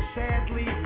sadly